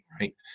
right